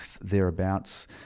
thereabouts